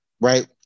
right